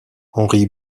henry